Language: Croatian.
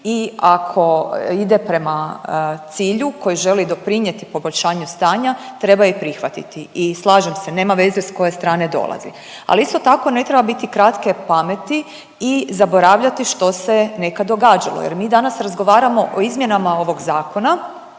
i ako ide prema cilju koji želi doprinijeti poboljšanju stanja treba i prihvatiti. I slažem se, nema veze sa koje strane dolazi. Ali isto tako ne treba biti kratke pameti i zaboravljati što se nekad događalo, jer mi danas razgovaramo o izmjenama ovog zakona